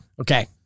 Okay